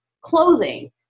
clothing